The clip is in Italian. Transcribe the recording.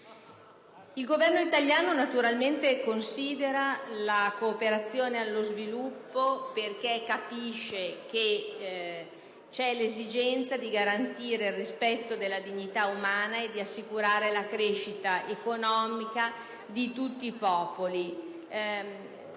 Il Governo italiano naturalmente considera che la cooperazione allo sviluppo nasce dall'esigenza di garantire il rispetto della dignità umana e di assicurare la crescita economica di tutti i popoli